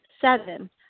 Seven